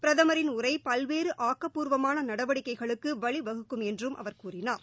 பிரதமரின் உரை பல்வேறு ஆக்கப்பூர்வமான நடவடிக்கைகளுக்கு வழிவகுக்கும் என்றும் அவர் கூறினார்